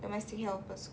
domestic helpers